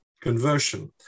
conversion